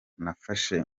nafashe